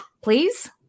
please